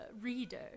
reader